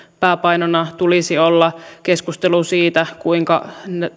pääpainona tulisi olla keskustelu siitä kuinka